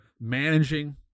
managing